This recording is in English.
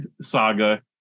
saga